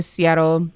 Seattle